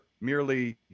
merely